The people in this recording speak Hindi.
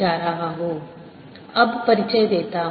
जा रहा हूं अब परिचय देता हूं